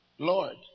Lord